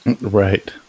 Right